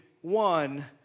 one